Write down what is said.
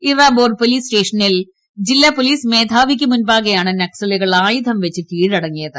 Irabor police സ്റ്റേഷനിൽ ജില്ലാ police മേധാവിക്ക് മുമ്പാകെയാണ് നക്സലുകൾ ആയുധംവച്ച് കീഴടങ്ങിയത്